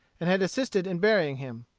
and had assisted in burying him.